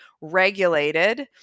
regulated